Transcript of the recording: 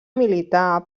militar